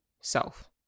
self